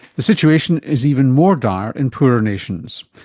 the situation is even more dire in poorer nations.